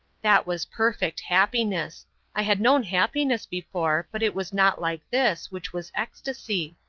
that was perfect happiness i had known happiness before, but it was not like this, which was ecstasy.